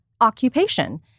occupation